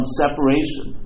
separation